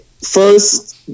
First